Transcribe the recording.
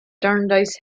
jarndyce